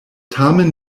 tamen